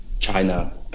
China